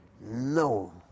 No